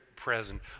present